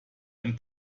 ein